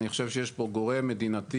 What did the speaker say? אני חושב שיש פה גורם מדינתי,